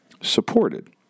supported